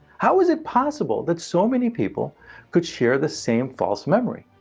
how is it possible that so many people could share the same false memory?